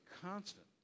constant